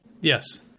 Yes